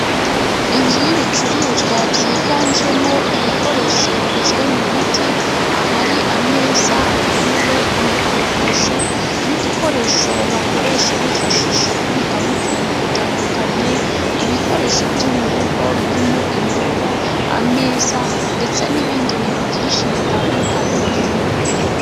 Inzu y'ibicuruzwa byiganjemo ibikoresho bikozwe mu biti, ahari: ameza, intebe, imikoropesho, n'udukoresho bakoresha bifashisha kubikamo utuntu dutandukanye. Ibikoresho byo mu rugo birimo: indobo, ameza, ndetse n'ibindi bintu byinshi bitandukanye.